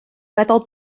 weddol